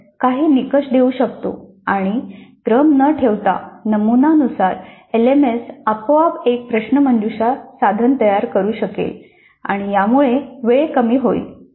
आपण काही निकष देऊ शकतो आणि क्रम न ठेवता नमुना नुसार एलएमएस आपोआप एक प्रश्नमंजुषा साधन तयार करू शकेल आणि यामुळे वेळ कमी होईल